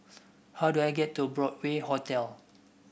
how do I get to Broadway Hotel